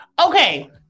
Okay